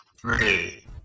three